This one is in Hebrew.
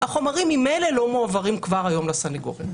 החומרים ממילא לא מועברים כבר היום לסנגורים,